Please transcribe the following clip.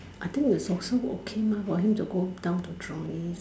I think is also okay mah for him to go down to Jurong East